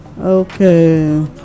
Okay